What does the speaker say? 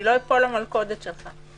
אני לא אפול למלכודת שלך.